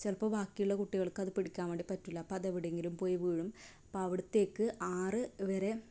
ചിലപ്പോൾ ബാക്കിയുള്ള കുട്ടികൾക്ക് അത് പിടിക്കാൻ വേണ്ടി പറ്റില്ല അപ്പോൾ അത് എവിടെയെങ്കിലും പോയി വീഴും അപ്പോൾ അവിടുത്തേക്ക് ആറ് വരെ